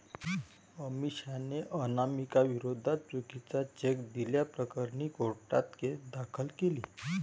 अमिषाने अनामिकाविरोधात चुकीचा चेक दिल्याप्रकरणी कोर्टात केस दाखल केली